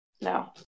no